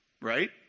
Right